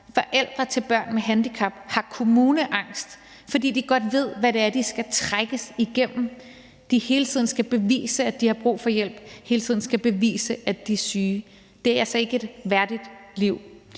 forældre til børn med handicap har kommuneangst, fordi de godt ved, hvad det er, de skal trækkes igennem, når de hele tiden skal bevise, at de har brug for hjælp, og når de hele tiden skal bevise, at de er syge, og det er altså ikke et værdigt liv.